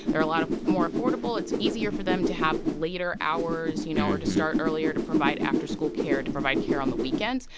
they're a lot of more affordable. it's easier for them to have later hours, you know, or to start earlier, to provide after-school care, to provide care on the weekends.